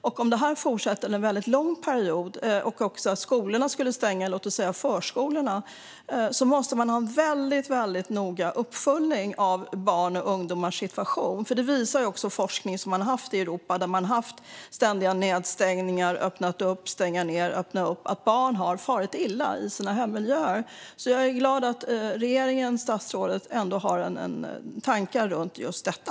Om detta fortsätter en mycket lång period och om skolorna och förskolorna skulle stänga måste man ha en väldigt noggrann uppföljning av barns och ungdomars situation. Forskning som har gjorts i Europa, där man har haft ständiga nedstängningar - man har öppnat upp och stängt ned - visar att barn har farit illa i sina hemmiljöer. Jag är därför glad över att regeringen och statsrådet ändå har tankar runt just detta.